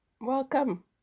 welcome